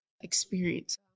experience